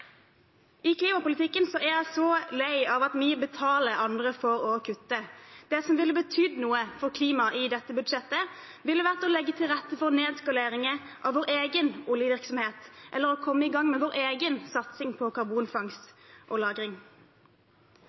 I klimapolitikken er jeg lei av at vi betaler andre for å kutte. Det som ville betydd noe for klimaet i dette budsjettet, ville vært om vi la til rette for nedskaleringer av vår egen oljevirksomhet eller kom i gang med vår egen satsing på karbonfangst og